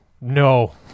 no